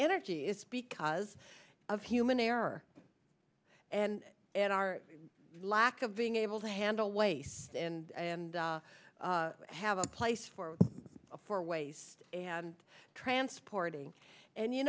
energy it's because of human error and and our lack of being able to handle waste and and have a place for a for waste and transporting and you